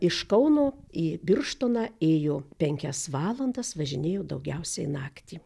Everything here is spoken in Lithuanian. iš kauno į birštoną ėjo penkias valandas važinėjo daugiausiai naktį